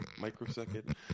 microsecond